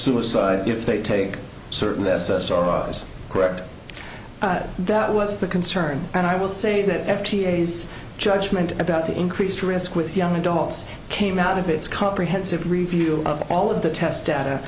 suicide if they take certain less us or was correct that was the concern and i will say that f t a's judgment about the increased risk with young adults came out of its comprehensive review of all of the test data